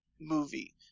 movie